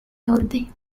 holiday